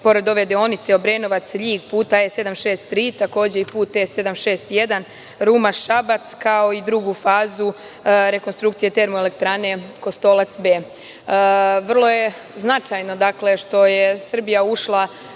pored ove deonice Obrenovac, Ljig puta E763 takođe i puta E761 Ruma-Šabac, kao i drugu fazu rekonstrukcije termoelektrane Kostolac B. Vrlo je značajno, dakle, što je Srbija ušla